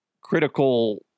critical